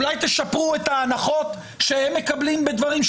אולי תשפרו את ההנחות שהם מקבלים בדברים,